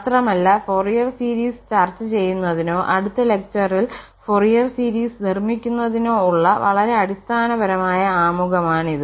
മാത്രമല്ല Fourier series ചർച്ച ചെയ്യുന്നതിനോ അടുത്ത ലെക്ചറിൽ ഫൊറിയർ സീരീസ് നിർമ്മിക്കുന്നതിനോ ഉള്ള വളരെ അടിസ്ഥാനപരമായ ആമുഖമാണിത്